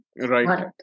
Right